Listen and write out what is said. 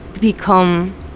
become